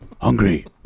Hungry